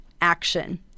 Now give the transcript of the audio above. action